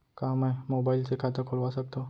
का मैं मोबाइल से खाता खोलवा सकथव?